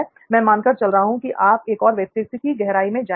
मैं मानकर चल रहा हूं कि आप एक और व्यक्तित्व की गहराई में जाएंगे